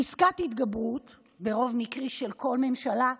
פסקת התגברות ברוב מקרי של כל ממשלה,